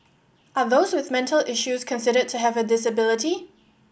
are those with mental issues considered to have a disability